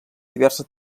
diversa